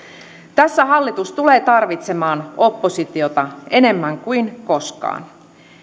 tässä hallitus tulee tarvitsemaan oppositiota enemmän kuin koskaan